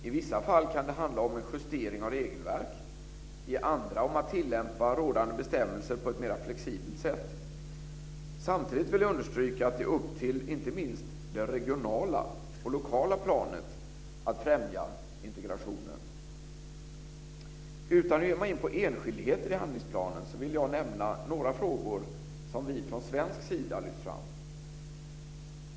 I vissa fall kan det handla om en justering av regelverk, i andra om att tillämpa rådande bestämmelser på ett mera flexibelt sätt. Samtidigt vill jag understryka att det är upp till inte minst det regionala och lokala planet att främja integrationen. Utan att ge mig in på enskildheter i handlingsplanen vill jag nämna några frågor som vi från svensk sida lyft fram.